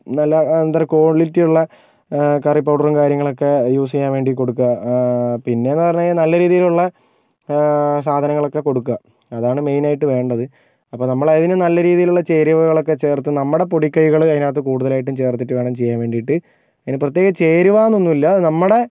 നല്ല എന്താ പറയുക ക്വാളിറ്റി ഉള്ള കറി പൗഡറും കാര്യങ്ങളൊക്കെ യൂസ് ചെയ്യാൻ വേണ്ടി കൊടുക്കുക പിന്നെ എന്ന് പറഞ്ഞ് കഴിഞ്ഞാല് നല്ല രീതിയിലുള്ള സാധനങ്ങളൊക്കെയാണ് കൊടുക്കുക അതാണ് മെയിൻ ആയിട്ട് വേണ്ടത് അപ്പം നമ്മള് അതിന് നല്ല രീതിയിലുള്ള ചേരുവകളൊക്കെ ചേർത്ത് നമ്മുടെ പൊടിക്കൈകള് അതിനകത്ത് കൂടുതലായിട്ടും ചേർത്തിട്ട് വേണം ചെയ്യാൻ വേണ്ടിയിട്ട് അതിന് പ്രത്യേകിച്ച് ചേരുവ ഒന്ന് എന്നില്ല നമ്മുടെ